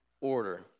order